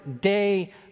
day